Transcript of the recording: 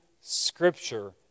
Scripture